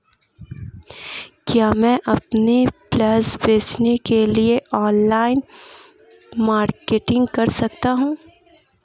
क्या मैं अपनी उपज बेचने के लिए ऑनलाइन मार्केटिंग कर सकता हूँ?